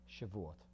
Shavuot